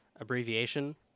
abbreviation